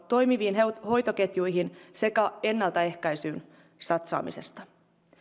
toimiviin hoitoketjuihin sekä ennaltaehkäisyyn satsaamisesta